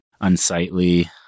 unsightly